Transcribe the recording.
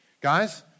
Guys